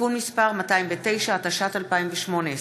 (תיקון מס' 209), התשע"ט 2018,